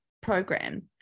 Program